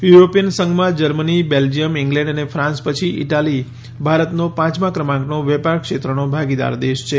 European સંઘમાં Germany Belgium ઈલેન્ડ અને ફાન્સ પછી ઈટાલી ભારતનો પાંચમા ક્રમાંકનો વેપાર ક્ષેત્રનો ભાગીદાર દેશ છે